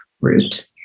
route